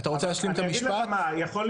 אתה רוצה להשלים את המשפט?